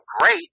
great